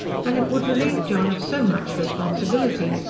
and it would relieve john of so much responsibility.